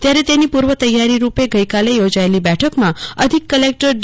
ત્યારે તેની પૂર્વ તૈયારી રૂપે ગઈકાલે યોજાયેલી બેઠકમાં અધિક કલેકટર ડી